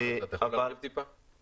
אתה יכול להרחיב טיפה?